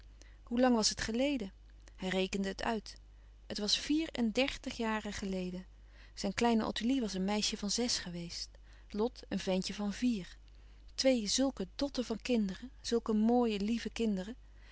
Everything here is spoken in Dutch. hoe lang was het geleden hij rekende het uit het was vier en dèrtig jaren geleden zijn kleine ottilie was een meisje van zes geweest lot een ventje van vier twee zulke dotten van kinderen zulke mooie lieve kinderen